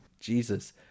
Jesus